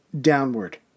downward